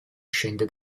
scende